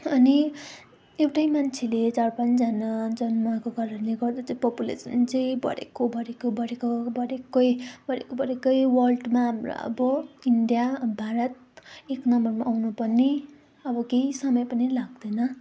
अनि एउटै मान्छेले चार पाँचजना जन्माएको कारणले गर्दा चाहिँ पपुलेसन चाहिँ बढेको बढेको बढेको बढेकै बढेको बढेकै वर्ल्डमा हाम्रो अब इन्डिया भारत एक नम्बरमा आउन पनि अब केही समय पनि लाग्दैन